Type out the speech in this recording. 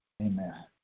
Amen